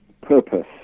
purpose